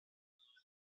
ŝteliston